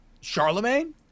Charlemagne